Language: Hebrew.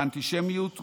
האנטישמיות גואה,